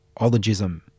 Ologism